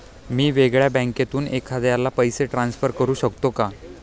मी वेगळ्या बँकेतून एखाद्याला पैसे ट्रान्सफर करू शकतो का?